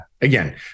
Again